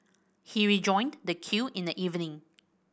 he rejoined the queue in the evening